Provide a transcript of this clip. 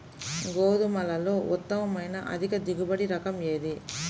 గోధుమలలో ఉత్తమమైన అధిక దిగుబడి రకం ఏది?